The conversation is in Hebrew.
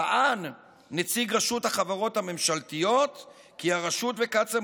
טען נציג רשות החברות הממשלתיות כי הרשות וקצא"א